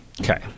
Okay